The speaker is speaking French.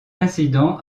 accident